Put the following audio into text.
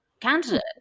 candidate